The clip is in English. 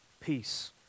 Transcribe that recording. Peace